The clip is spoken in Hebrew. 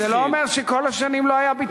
אבל זה לא אומר שכל השנים לא היה ביטוח סיעודי.